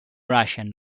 ration